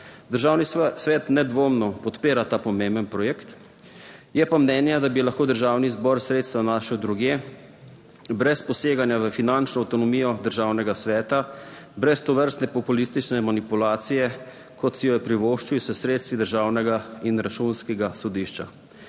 Državni svet nedvomno podpira ta pomemben projekt, je pa mnenja, da bi lahko državni zbor sredstva našel drugje. Brez poseganja v finančno avtonomijo Državnega sveta, brez tovrstne populistične manipulacije, kot si jo je privoščil s sredstvi državnega in Računskega sodišča.